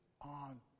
on